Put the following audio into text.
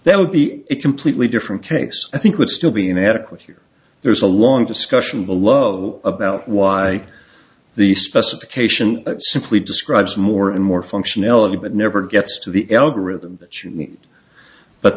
there would be a completely different case i think would still be inadequate here there's a long discussion below about why the specification simply describes more and more functionality but never gets to the algorithm